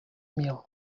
mil